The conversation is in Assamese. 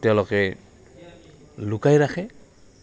তেওঁলোকে লুকাই ৰাখে